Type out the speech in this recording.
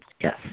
Yes